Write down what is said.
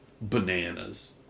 bananas